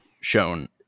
shown